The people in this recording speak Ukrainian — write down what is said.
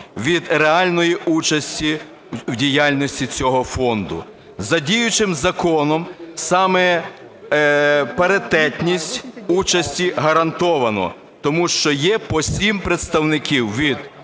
від реальної участі в діяльності цього фонду. За діючим законом саме паритетність участі гарантовано, тому що є по 7 представників від